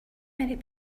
many